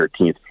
13th